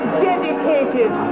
dedicated